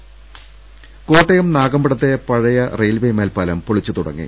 ദൃശ്ശശ കോട്ടയം നാഗമ്പടത്തെ പഴയ റെയിൽവെ മേൽപ്പാലം പൊളിച്ചു തുട ങ്ങി